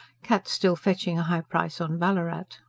cats still fetching a high price on ballarat.